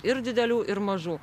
ir didelių ir mažų